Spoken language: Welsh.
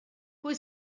pwy